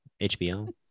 HBO